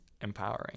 empowering